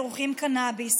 צורכים קנביס.